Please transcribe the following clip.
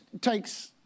takes